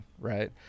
right